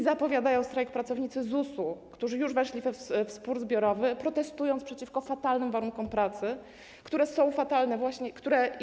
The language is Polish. Zapowiadają strajk pracownicy ZUS-u, którzy już weszli w spór zbiorowy, protestując przeciwko fatalnym warunkom pracy, które są właśnie takie.